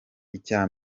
icya